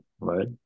right